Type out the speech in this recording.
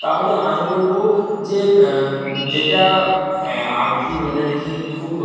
তাহলে আমি বলব যে যেটা আর কি মানে আর কি খুব